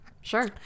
Sure